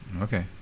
Okay